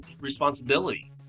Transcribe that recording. responsibility